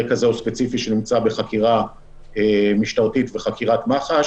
ספציפי שנמצא בחקירה משטרתית וחקירת מח"ש